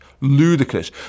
ludicrous